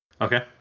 Okay